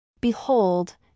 Behold